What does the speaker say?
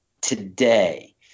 today